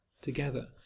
together